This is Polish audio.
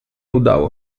udało